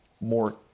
more